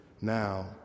now